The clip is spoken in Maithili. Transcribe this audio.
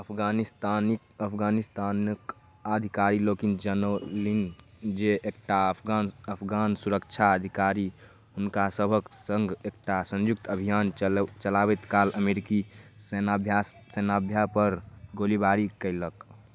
अफगानिस्तानीक अफगानिस्तानक अधिकारीलोकनि जनौलनि जे एकटा अफगान सुरक्षा अधिकारी हुनकासबहक सङ्ग एकटा सन्युक्त अभियान चलाबैत काल अमेरिकी सेनाभ्यास सेनाभ्या पर गोलीबारी कयलक